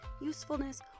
usefulness